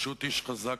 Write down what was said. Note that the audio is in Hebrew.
פשוט איש חזק,